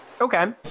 Okay